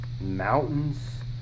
mountains